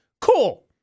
cool